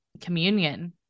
communion